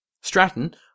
Stratton